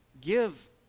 give